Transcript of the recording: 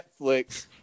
Netflix